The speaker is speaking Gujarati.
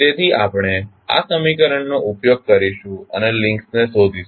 તેથી આપણે આ સમીકરણનો ઉપયોગ કરીશું અને લિંક્સ ને શોધીશું